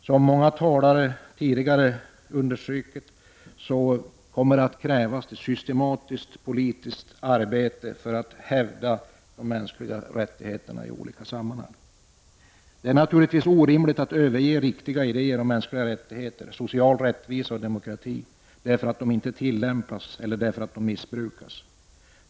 Som flera talare tidigare understrukit kommer det att krävas ett systematiskt politiskt arbete för att i olika sammanhang hävda de mänskliga rättigheterna. Det är naturligtvis orimligt att överge riktiga idéer om mänskliga rättigheter, social rättvisa och demokrati därför att de inte tillämpas eller därför att de missbrukas.